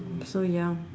so young